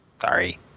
sorry